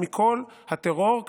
ומכל הטרור,